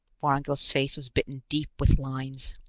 vorongil's face was bitten deep with lines.